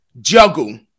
juggle